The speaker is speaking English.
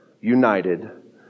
united